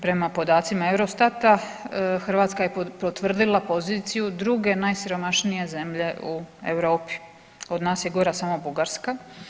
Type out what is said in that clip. Prema podacima Eurostata Hrvatska je potvrdila poziciju druge najsiromašnije zemlje u Europi, od nas je gora samo Bugarska.